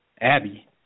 Abby